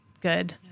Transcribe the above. good